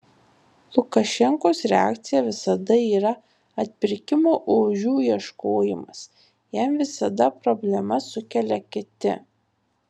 lukašenkos reakcija visada yra atpirkimo ožių ieškojimas jam visada problemas sukelia kiti